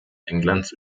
englands